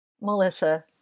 Melissa